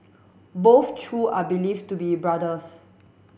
both Chew are believed to be brothers